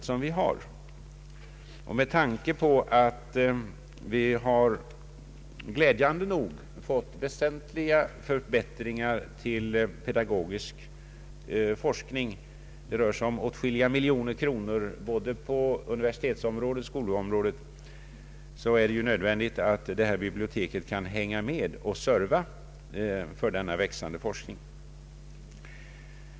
Glädjande nog har den pedagogiska forskningen fått väsentligt ökade resurser — det rör sig om åtskilliga miljoner kronor, både på universitetsområdet och på skolområdet. Med tanke härpå är det nödvändigt att detta bibliotek kan hänga med och ge service åt den växande forskningen.